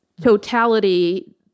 totality